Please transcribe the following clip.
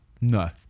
No